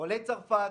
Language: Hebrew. עולי צרפת.